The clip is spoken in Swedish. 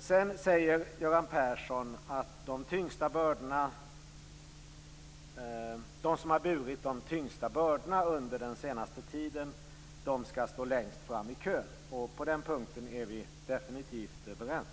Sedan säger Göran Persson att de som har burit de tyngsta bördorna under den senaste tiden skall stå längst fram i kön. På den punkten är vi definitivt överens.